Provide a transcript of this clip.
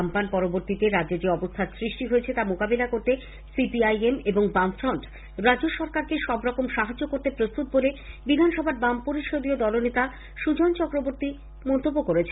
Amphan এর পরবর্তীতে রাজ্যে যে অবস্থার সৃষ্টি হয়েছে তা মোকাবিলা করতে সিপিআইএম এবং বামফ্রন্ট রাজ্য সরকারকে সব রকম সাহায্য করতে প্রস্তুত বলে বিধানসভার বাম পরিষদীয় দলনেতা সুজন চক্রবর্তী মন্তব্য করেছেন